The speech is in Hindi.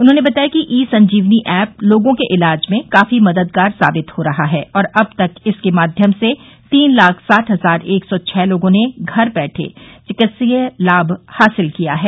उन्होंने बताया कि ई संजीवनी एप लोगों के इलाज में काफी मददगार साबित हो रहा है और अब तक इसके माध्यम से तीन लाख साठ हजार एक सौ छह लोगों ने घर बैठे चिकित्सकीय लाभ हासिल किया है